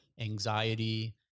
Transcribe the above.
anxiety